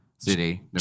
City